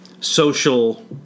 social